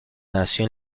nació